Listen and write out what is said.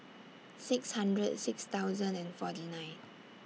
six hundred six thousand and forty nine